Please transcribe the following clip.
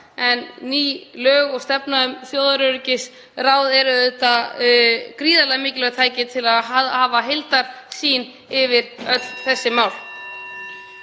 En ný lög og stefna um þjóðaröryggisráð er auðvitað gríðarlega mikilvægt tæki til að hafa heildarsýn yfir öll þessi mál.